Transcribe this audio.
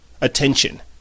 attention